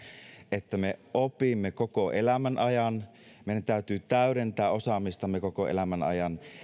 että me opimme koko elämän ajan meidän täytyy täydentää osaamistamme koko elämän ajan